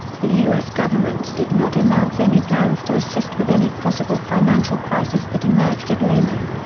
the u s. government did not announce any plans to assist with any possible financial crisis that emerged at lehman.